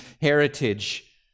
heritage